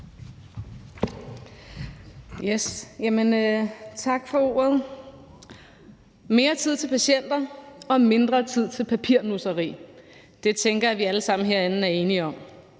Tak for ordet. Mere tid til patienter og mindre tid til papirnusseri – det tænker jeg at vi alle sammen herinde er enige om.